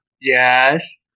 Yes